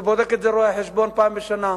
ובודק את זה רואה-חשבון פעם בשנה.